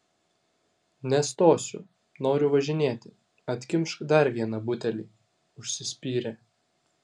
nestosiu noriu važinėti atkimšk dar vieną butelį užsispyrė